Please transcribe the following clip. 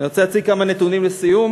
אני רוצה להציג כמה נתונים לסיום: